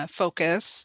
focus